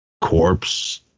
corpse